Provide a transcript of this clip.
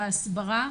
בהסברה,